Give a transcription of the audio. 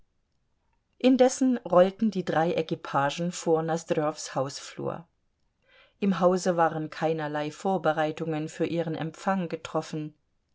indessen rollten die drei equipagen vor nosdrjows hausflur im hause waren keinerlei vorbereitungen für ihren empfang getroffen